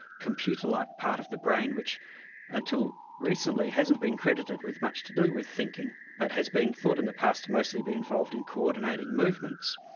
computer-like part of the brain, which until recently hasn't been credited with much to do with thinking but has been thought in the past to mostly be involved in coordinating movements.